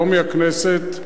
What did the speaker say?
לא מהכנסת,